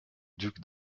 duc